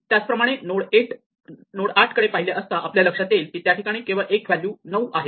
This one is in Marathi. त्याचप्रमाणे नोड 8 कडे पाहिले असता आपल्या लक्षात येईल की त्या ठिकाणी केवळ एक व्हॅल्यू 9 आहे